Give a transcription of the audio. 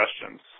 questions